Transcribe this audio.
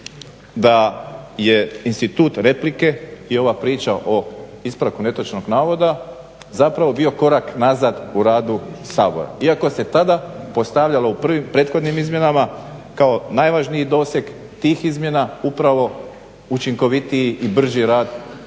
da je institut replike i ova priča o ispravku netočnog navoda zapravo bio korak nazad u radu Sabora iako se tada postavljalo u prethodnim izmjenama kao najvažniji doseg tih izmjena upravo učinkovitiji i brži rad Sabora.